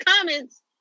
comments